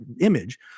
image